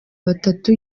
batatu